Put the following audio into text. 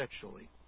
sexually